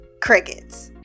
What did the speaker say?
crickets